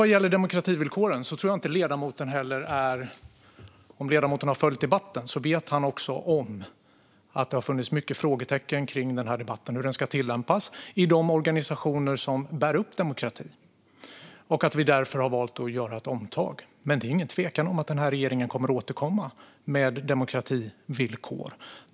Vad gäller demokrativillkoren tror jag att ledamoten, om ledamoten har följt debatten, vet att det har funnits många frågetecken. Hur ska villkoren tillämpas i de organisationer som bär upp demokratin? Vi har därför valt att göra ett omtag. Det råder inget tvivel om att regeringen kommer att återkomma med demokrativillkor.